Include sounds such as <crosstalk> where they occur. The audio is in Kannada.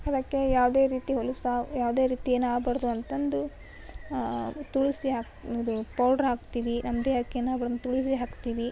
ಅದಕ್ಕೆ ಯಾವುದೆ ರೀತಿ ಹೊಲ್ಸು ಯಾವುದೆ ರೀತಿ ಏನು ಆಗಬಾರ್ದು ಅಂತಂದು ತುಳಸಿ ಹಾಕಿ ಇದು ಪೌಡ್ರ್ ಹಾಕ್ತೀವಿ ನಮ್ದೆ <unintelligible> ಹಾಕ್ತೀವಿ